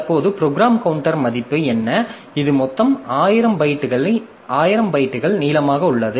தற்போது program counter மதிப்பு என்ன இது மொத்தம் 1000 பைட்டுகள் நீளமாக உள்ளது